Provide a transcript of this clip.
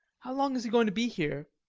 how long is he going to be here?